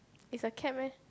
it's a cap meh